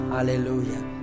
Hallelujah